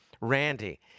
Randy